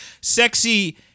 Sexy